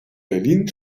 berlin